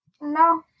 no